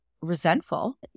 resentful